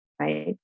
right